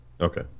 Okay